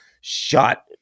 shot